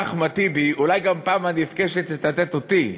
מאחמד טיבי, אולי גם פעם אזכה שתצטט אותי,